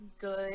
good